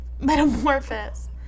Metamorphosis